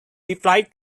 replied